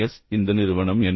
S இந்த நிறுவனம் என்ன